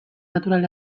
natural